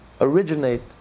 originate